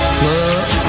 club